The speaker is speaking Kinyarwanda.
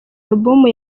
alubumu